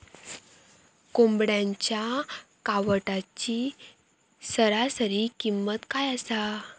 कोंबड्यांच्या कावटाची सरासरी किंमत काय असा?